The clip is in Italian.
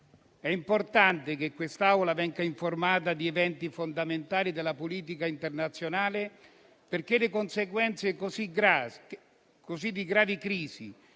È importante che l'Assemblea venga informata di eventi fondamentali della politica internazionale, perché le conseguenze di crisi